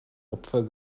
opfer